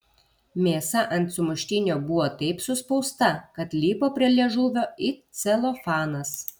mėsa ant sumuštinio buvo taip suspausta kad lipo prie liežuvio it celofanas